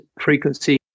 frequency